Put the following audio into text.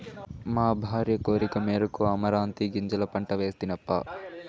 మా భార్య కోరికమేరకు అమరాంతీ గింజల పంట వేస్తినప్పా